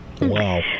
Wow